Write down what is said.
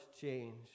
change